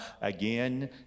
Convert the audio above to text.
again